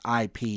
IP